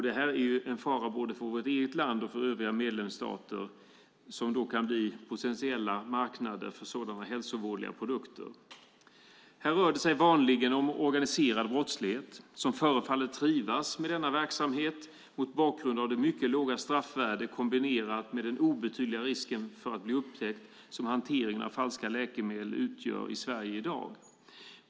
Det är en fara både för vårt eget land och för övriga medlemsstater som kan bli potentiella marknader för sådana hälsovådliga produkter. Här rör det sig vanligen om organiserad brottslighet som förefaller trivas med denna verksamhet mot bakgrund av det mycket låga straffvärdet kombinerat med den obetydliga risken att bli upptäckt som hanteringen av falska läkemedel utgör i Sverige i dag.